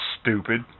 stupid